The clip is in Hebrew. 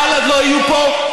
בל"ד לא יהיו פה.